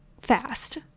fast